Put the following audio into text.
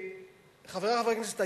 חברי הכנסת,